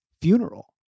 funeral